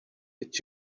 did